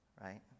right